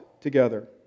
together